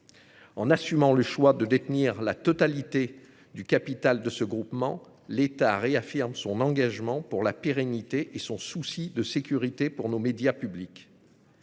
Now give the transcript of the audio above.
En assumant le choix de détenir la totalité du capital de ce groupement, l'État réaffirme son engagement pour la pérennité et son souci de sécurité pour nos médias publics.